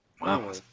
Wow